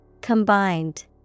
Combined